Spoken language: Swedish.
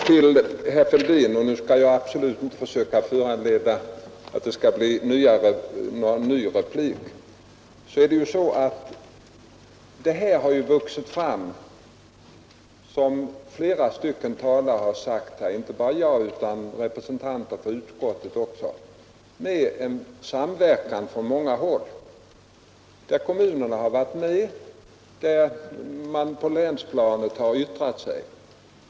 Till herr F någon ny replik — att förslaget har vuxit fram, som flera talare har sagt, älldin vill jag säga — och nu skall jag inte försöka föranleda även representanter för utskottet, genom en samverkan. Kommunerna har varit med när man har uttalat sig på länsplanet.